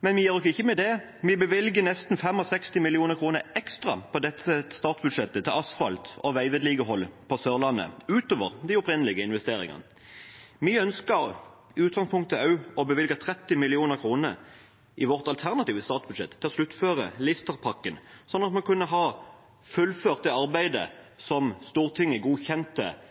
Men vi gir oss ikke med det. Vi bevilger nesten 65 mill. kr ekstra på dette statsbudsjettet til asfalt og veivedlikehold på Sørlandet – utover de opprinnelige investeringene. Vi ønsket i utgangspunktet også å bevilge 30 mill. kr i vårt alternative statsbudsjett til å sluttføre Lista-pakken, slik at man kunne fullført det arbeidet som Stortinget godkjente